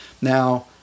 now